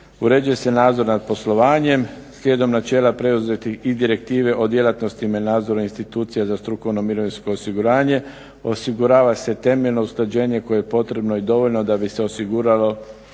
uređuje se nadzor nad poslovanjem slijedom načela preuzetih i direktive o djelatnostima nadzora institucija za strukovno mirovinsko osiguranje, osigurava se temeljeno usklađenje koje je potrebno i dovoljno da bi se osiguralo